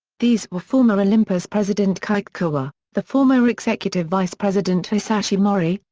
these were former olympus president kikukawa, the former executive vice-president hisashi mori,